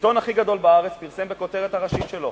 העיתון הכי גדול בארץ פרסם בכותרת הראשית שלו,